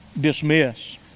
dismiss